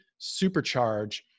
supercharge